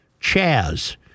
CHAZ